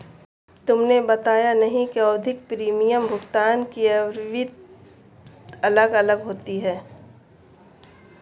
तुमने बताया नहीं कि आवधिक प्रीमियम भुगतान की आवृत्ति अलग अलग होती है